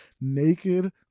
naked